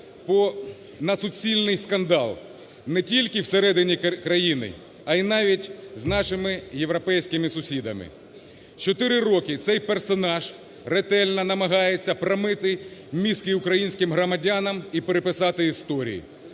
на суцільний скандал не тільки всередині країни, а і навіть з нашими європейськими сусідами. Чотири роки цей персонаж ретельно намагається промити мізки українським громадянам і переписати історію.